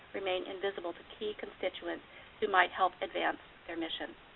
remain invisible to key constituents who might help advance their mission.